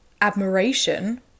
admiration